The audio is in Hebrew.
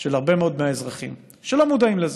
של הרבה מאוד מהאזרחים שלא מודעים לזה.